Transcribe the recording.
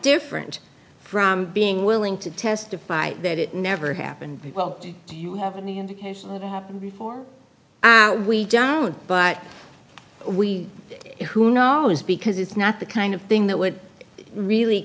different from being willing to testify that it never happened because you have an indication of what happened before we don't but we who knows because it's not the kind of thing that would really